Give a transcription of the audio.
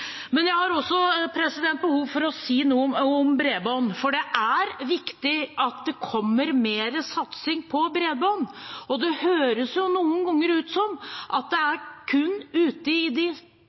Jeg har også behov for å si noe om bredbånd, for det er viktig at det kommer mer satsing på bredbånd. Det høres noen ganger ut som at det kun er i de